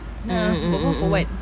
ah berbual for what